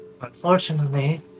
Unfortunately